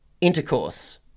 intercourse